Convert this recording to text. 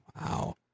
Wow